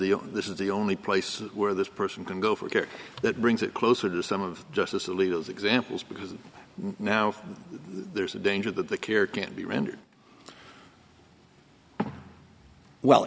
the this is the only place where this person can go for care that brings it closer to some of justice alito as examples because now there's a danger that the care can be rendered well